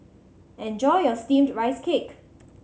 enjoy your Steamed Rice Cake